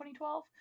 2012